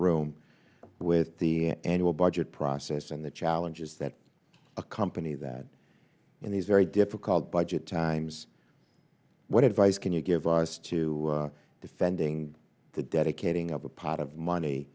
room with the annual budget process and the challenges that accompany that in these very difficult budget times what advice can you give rise to defending the dedicating of a pot of money